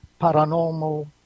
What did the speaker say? paranormal